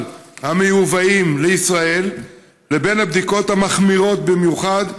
המיובאים לישראל ובין הבדיקות המחמירות-במיוחד,